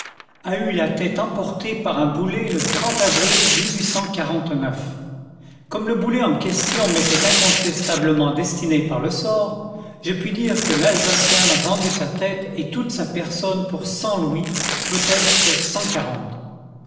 a eu la tète emportée par un boulet le avril comme le boulet en question m'était incontestablement destiné par le sort je puis dire que l'alsacien m'a vendu sa tète et toute sa personne pour cent louis peut-être